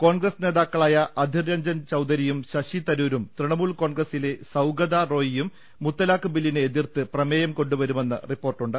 കോൺഗ്രസ് നേതാക്ക ളായ അധിർരഞ്ജൻ ചൌദരിയും ശശിതരൂരും തൃണമൂൽ കോൺഗ്ര സിലെ സൌഗതാ റോയിയും മുത്തലാഖ് ബില്ലിനെ എതിർത്ത് പ്രമേയം കൊണ്ടുവരുമെന്ന് റിപ്പോർട്ടുണ്ട്